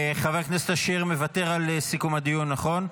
חבר הכנסת אשר מוותר על סיכום הדיון, נכון?